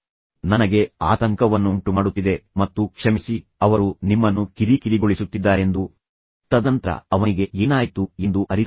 ಈಗ ಇದು ನನ್ನ ಮನಸ್ಸಿನಲ್ಲಿರುವ ಆಲೋಚನೆಯಾಗಿದೆ ಅದು ನನಗೆ ಆತಂಕವನ್ನುಂಟುಮಾಡುತ್ತಿದೆ ಮತ್ತು ಕ್ಷಮಿಸಿ ಅವರು ನಿಮ್ಮನ್ನು ಕಿರಿಕಿರಿಗೊಳಿಸುತ್ತಿದ್ದಾರೆಂದು ನನಗೆ ತಿಳಿದಿರಲಿಲ್ಲ